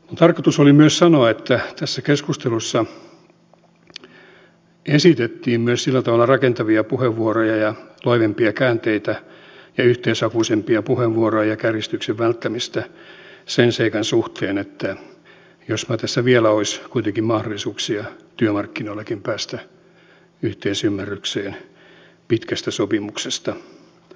tarkoitukseni oli myös sanoa että tässä keskustelussa esitettiin myös rakentavia puheenvuoroja loivempia käänteitä yhteistyöhakuisempia puheenvuoroja ja kärjistyksen välttämistä sen seikan suhteen että jospa tässä vielä olisi kuitenkin mahdollisuuksia työmarkkinoillakin päästä yhteisymmärrykseen pitkästä sopimuksesta